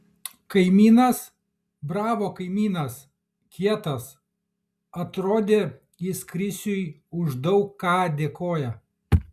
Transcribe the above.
kaimynas bravo kaimynas kietas atrodė jis krisiui už daug ką dėkoja